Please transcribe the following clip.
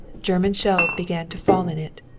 german shells began to fall in it.